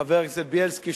חבר הכנסת בילסקי,